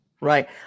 Right